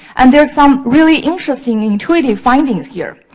and there's some really interesting intuitive findings here.